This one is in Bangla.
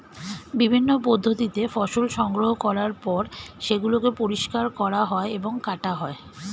বিভিন্ন পদ্ধতিতে ফসল সংগ্রহ করার পর সেগুলোকে পরিষ্কার করা হয় এবং কাটা হয়